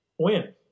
Win